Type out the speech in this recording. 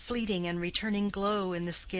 a fleeting and returning glow in the skin,